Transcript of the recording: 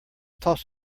toss